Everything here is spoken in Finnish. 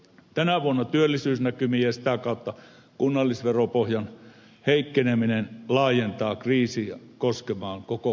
tänä vuonna työllisyysnäkymien ja sitä kautta kunnallisveropohjan heikkeneminen laajentaa kriisin koskemaan koko kuntakenttää